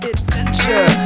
Adventure